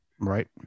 Right